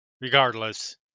Regardless